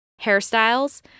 hairstyles